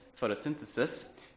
photosynthesis